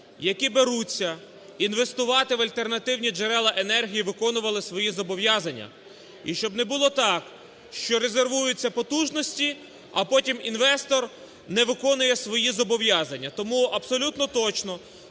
які беруться інвестувати в альтернативні джерела енергії, виконували свої зобов'язання. І щоб не було так, що резервуються потужності, а потім інвестор не виконує свої зобов'язання. Тому абсолютно точно